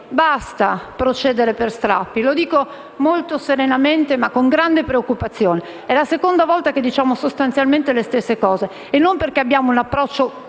basta procedere per strappi. Lo dico molto serenamente ma con grande preoccupazione: è la seconda volta che diciamo sostanzialmente le stesse cose e non perché abbiamo un approccio